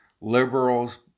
Liberals